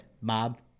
Mob